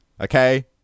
okay